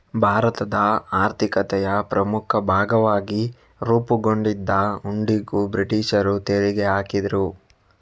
ಭಾರತದ ಆರ್ಥಿಕತೆಯ ಪ್ರಮುಖ ಭಾಗವಾಗಿ ರೂಪುಗೊಂಡಿದ್ದ ಹುಂಡಿಗೂ ಬ್ರಿಟೀಷರು ತೆರಿಗೆ ಹಾಕಿದ್ರು